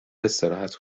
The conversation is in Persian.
استراحت